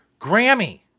Grammy